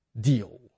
deal